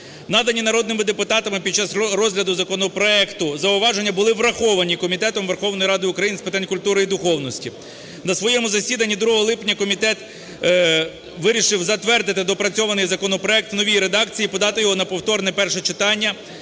Надані народними депутатами під час розгляду законопроекту зауваження були враховані Комітетом Верховної Ради України з питань культури і духовності. На своєму засіданні 2 липня комітет вирішив затвердити доопрацьований законопроект в новій редакції і подати його на повторне перше читання